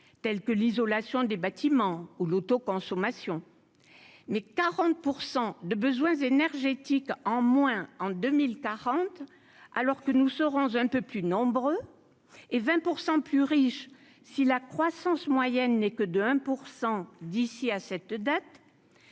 tels que l'isolation des bâtiments où l'consommation mais 40 % de besoins énergétiques en moins en 2000 Tarente alors que nous saurons un peu plus nombreux et 20 % plus riches si la croissance moyenne n'est que de 1 pour 100 d'ici à cette date,